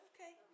Okay